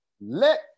Let